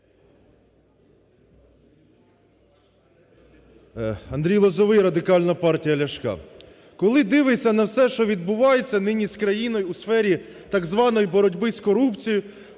Андрій Лозовий, Радикальна партія Ляшка. Коли дивися на все, що відбувається нині з країною у сфері так званої боротьби з корупцією,